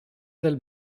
del